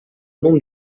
nombre